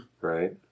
right